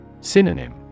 Synonym